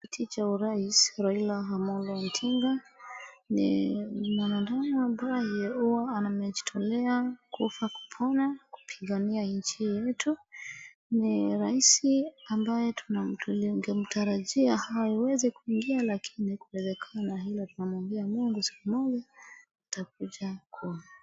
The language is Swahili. Kiti cha urais Raila Amolo Odinga ni mwanadamu ambaye huwa amejitolea kufa kupona kupigania nchi hii yetu. Ni rais ambaye tungemtarajia aweze kuingia, lakini hakuwezekana ila tunamuombea Mungu siku moja atakuja kuwa.